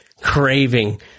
craving